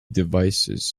devices